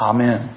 Amen